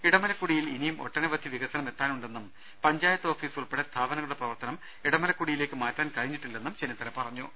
ഇടമലക്കുടിയിൽ ഇനിയും ഒട്ടനവധി വികസനം എത്താനുണ്ടെന്നും പഞ്ചായത്ത് ഓഫീസ് ഉൾപ്പെടെ സ്ഥാപനങ്ങളുടെ പ്രവർത്തനം ഇടമലക്കുടിയിലേയ്ക്ക് മാറ്റാൻ കഴിഞ്ഞിട്ടില്ലെന്നും ചെന്നിത്തല പറഞ്ഞു